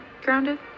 grounded